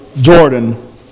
Jordan